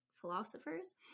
philosophers